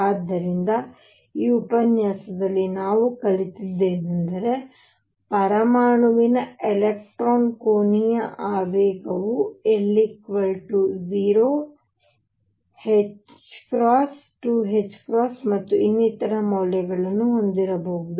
ಆದ್ದರಿಂದ ಈ ಉಪನ್ಯಾಸದಲ್ಲಿ ನಾವು ಕಲಿತದ್ದೇನೆಂದರೆ ಪರಮಾಣುವಿನ ಎಲೆಕ್ಟ್ರಾನ್ನ ಕೋನೀಯ ಆವೇಗವು l 0 2 ಮತ್ತು ಇನ್ನಿತರ ಮೌಲ್ಯಗಳನ್ನು ಹೊಂದಿರಬಹುದು